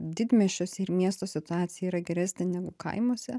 didmiesčiuose ir miestų situacija yra geresnė negu kaimuose